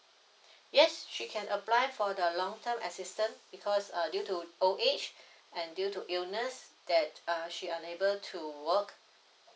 yes she can apply for the long term assistance because uh due to old age and due to illness that uh she unable to work